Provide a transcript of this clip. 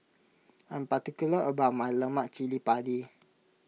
I'm particular about my Lemak Cili Padi